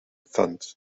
fund